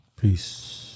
peace